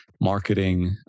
marketing